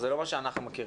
זה לא מה שאנחנו מכירים.